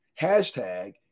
hashtag